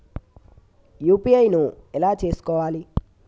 UPI ను ఎలా చేస్కోవాలి?